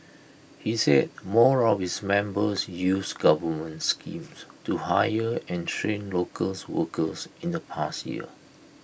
he said more of its members used government schemes to hire and train locals workers in the past year